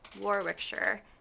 Warwickshire